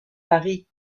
paris